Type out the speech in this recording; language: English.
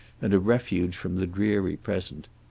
and a refuge from the dreary present.